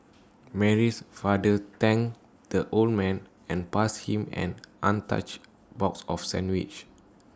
Mary's father thanked the old man and passed him an untouched box of sandwiches